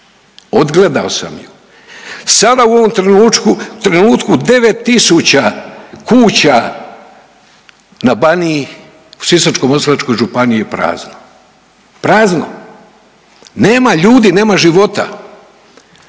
odgledao sam ju. Sada u ovom trenutku 9 tisuća kuća na Baniji u Sisačko-moslavačkoj županiji je prazno. Prazno. Nema ljudi, nema života.